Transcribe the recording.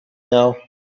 now